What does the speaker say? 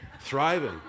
Thriving